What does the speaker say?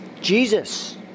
Jesus